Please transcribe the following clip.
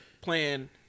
playing –